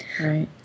Right